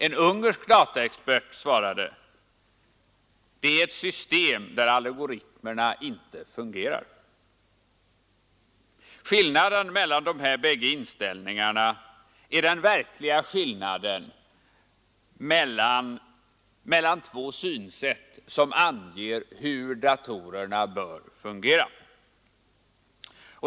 En ungersk dataexpert svarade: Det är ett system där algoritmerna inte fungerar. Skillnaden mellan de här båda inställningarna är den verkliga skillnaden mellan två synsätt som anger hur datorerna bör fungera.